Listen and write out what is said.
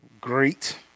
Great